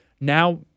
now